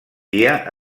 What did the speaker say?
dia